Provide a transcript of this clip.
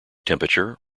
temperature